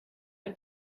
ein